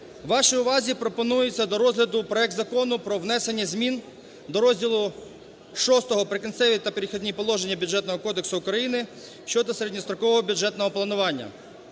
вашій увазі пропонується до розгляду проект Закону про внесення змін до розділу VI "Прикінцеві та перехідні положення" Бюджетного кодексу України (щодо середньострокового бюджетного планування).